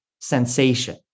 sensation